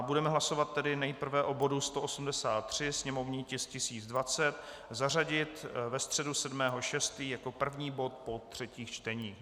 Budeme hlasovat nejprve o bodu 183, sněmovní tisk 1020, zařadit ve středu 7. 6. jako první bod po třetích čteních.